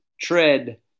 tread